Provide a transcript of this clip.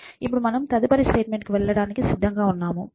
ఇప్పుడు మనము తదుపరి స్టేట్మెంట్ కు వెళ్లడానికి సిద్ధంగా ఉన్నాము